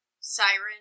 siren